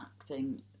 acting